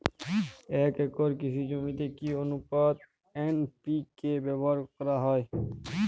এক একর কৃষি জমিতে কি আনুপাতে এন.পি.কে ব্যবহার করা হয়?